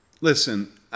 Listen